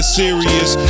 serious